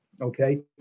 Okay